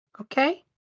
okay